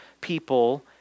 people